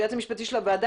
היועץ המשפטי של הוועדה,